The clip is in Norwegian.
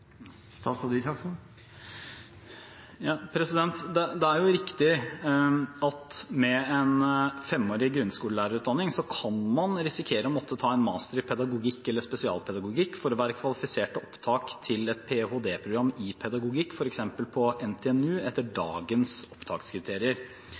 Det er riktig at man med en femårig grunnskolelærerutdanning kan risikere å måtte ta en master i pedagogikk eller spesialpedagogikk for å være kvalifisert til opptak til et ph.d.-program i pedagogikk, f.eks. på NTNU, etter